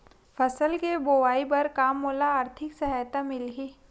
फसल के बोआई बर का मोला आर्थिक सहायता मिलही?